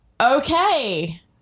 okay